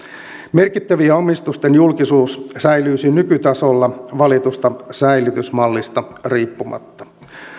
merkittävien omistusten julkisuus säilyisi nykytasolla valitusta säilytysmallista riippumatta